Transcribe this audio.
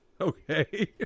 Okay